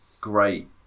great